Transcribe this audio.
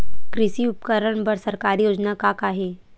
कृषि उपकरण बर सरकारी योजना का का हे?